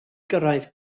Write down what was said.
gyrraedd